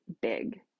big